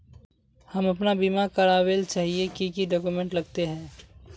हम अपन बीमा करावेल चाहिए की की डक्यूमेंट्स लगते है?